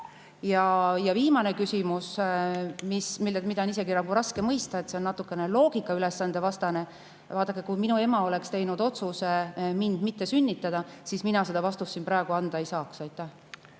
Üht küsimust aga on isegi raske mõista, see on natukene nagu loogikavastane. Vaadake, kui mu ema oleks teinud otsuse mind mitte sünnitada, siis mina seda vastust siin praegu anda ei saaks.